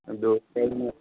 ꯑꯗꯨ ꯍꯣꯡꯅ